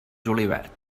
julivert